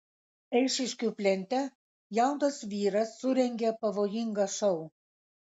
eišiškių plente jaunas vyras surengė pavojingą šou